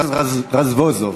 של חבר הכנסת רזבוזוב.